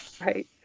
Right